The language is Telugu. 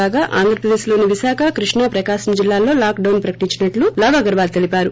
కాగా ఆంధ్రపదేశ్లోని విశాఖ కృష్ణా ప్రకాశం జిల్లాల్లో లాక్డౌన్ ప్రకటించినట్లు లవ్ అగర్వాల్ తెలిపారు